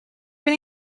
even